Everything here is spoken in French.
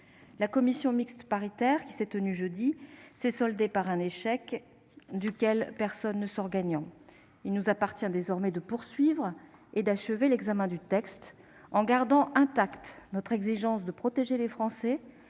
La commission mixte paritaire qui s'est tenue jeudi dernier s'est toutefois soldée par un échec, duquel personne ne sort gagnant. Il nous appartient désormais de poursuivre et d'achever l'examen du texte, en gardant intacte notre exigence de protéger les Français